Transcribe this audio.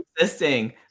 existing